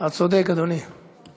לנוסח המקורי שהופץ בקרב חברי הכנסת,